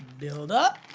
build-up,